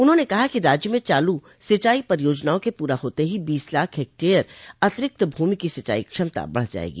उन्होंने कहा कि राज्य में चालू सिंचाई परियोजनाओं के पूरा हाते ही बीस लाख हेक्टेयर अतिरिक्त भूमि की सिंचाई क्षमता बढ़ जायेगी